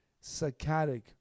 psychotic